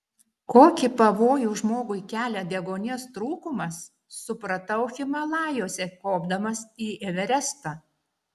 kokį pavojų žmogui kelia deguonies trūkumas supratau himalajuose kopdamas į everestą